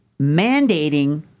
mandating